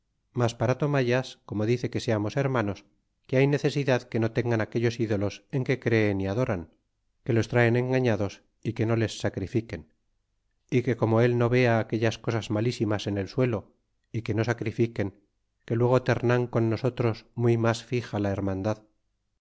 mas para tomallas como dice que seamos hermanos que hay necesidad que no tengan aquellos ídolos en que creen y adoran que los traen engañados y que no les sacrifiquen y que como el no vea aquellas cosas malísimas en el suelo y que no sacrifiquen que luego tercian con nosotros muy mas fixa la hermandad